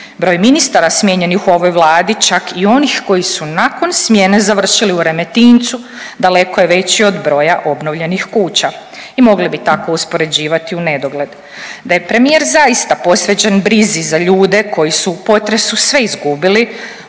Broj ministara smijenjenih u ovoj Vladi čak i onih koji su nakon smjene završili u Remetincu daleko je veći od broja obnovljenih kuća. I mogli bi tako uspoređivati u nedogled. Da je premijer zaista posvećen brizi za ljude koji su u potresu sve izgubili,